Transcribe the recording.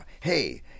hey